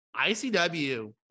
ICW